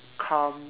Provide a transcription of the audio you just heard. come